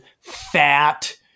fat